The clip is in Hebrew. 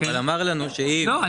אבל אמר לנו שאם --- לא,